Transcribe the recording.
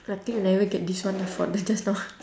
lucky we never get this one from the just now